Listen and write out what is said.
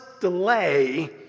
delay